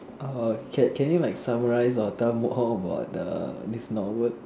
uh can can you like summarize or tell me more about the this novel